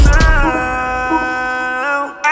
now